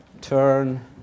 turn